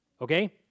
Okay